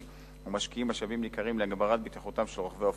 ומשקיעים משאבים ניכרים להגברת בטיחותם של רוכבי האופניים.